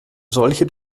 solche